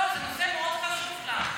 זה נושא מאוד חשוב לנו.